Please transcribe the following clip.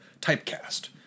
typecast